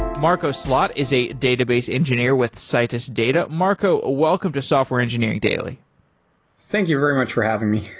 marco slot is a database engineer with citus data. marco, welcome to software engineering daily thank you very much for having me.